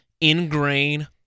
ingrain